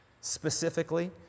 specifically